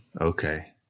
Okay